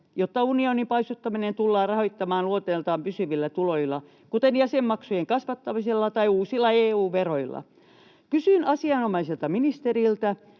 jotta unionin paisuttaminen tullaan rahoittamaan luonteeltaan pysyvillä tuloilla, kuten jäsenmaksujen kasvattamisella tai uusilla EU-veroilla. Kysyn asianomaiselta ministeriltä: